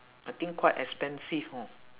I think quite expensive hor